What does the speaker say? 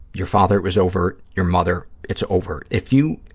your father, it was overt. your mother, it's overt. if you,